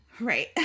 right